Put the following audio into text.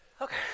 Okay